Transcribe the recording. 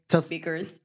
speakers